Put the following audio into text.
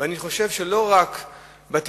ואני חושב שלא רק בטיפול,